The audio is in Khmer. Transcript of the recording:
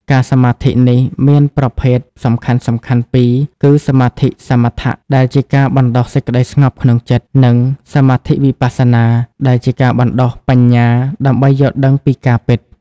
ការសមាធិនេះមានប្រភេទសំខាន់ៗពីរគឺ សមាធិសមាថៈ ដែលជាការបណ្ដុះសេចក្ដីស្ងប់ក្នុងចិត្ត និង សមាធិវិបស្សនា ដែលជាការបណ្ដុះបញ្ញាដើម្បីយល់ដឹងពីការពិត។